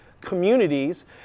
communities